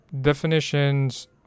definitions